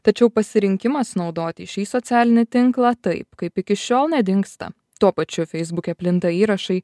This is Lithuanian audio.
tačiau pasirinkimas naudoti šį socialinį tinklą taip kaip iki šiol nedingsta tuo pačiu feisbuke plinta įrašai